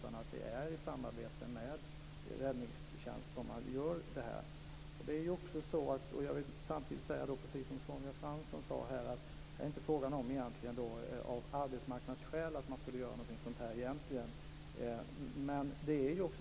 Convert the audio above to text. Det är i samarbete med räddningstjänsten som man skall göra dessa insatser. Jag vill samtidigt precis som Sonja Fransson säga att det egentligen inte är frågan om att göra någonting av arbetsmarknadsskäl.